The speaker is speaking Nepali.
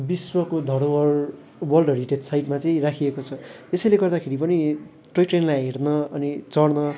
विश्वको धरोहर वर्ल्ड हेरिटेज साइटमा चाहिँ रखिएको छ यसैले गर्दाखेरि पनि टोय ट्रेनलाई हेर्न अनि चढ्न